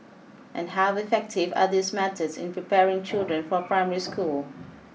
and how effective are these methods in preparing children for primary school